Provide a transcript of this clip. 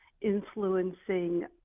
influencing